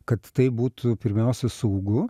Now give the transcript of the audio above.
kad tai būtų pirmiausia saugu